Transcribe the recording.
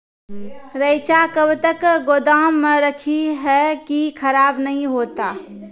रईचा कब तक गोदाम मे रखी है की खराब नहीं होता?